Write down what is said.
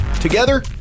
Together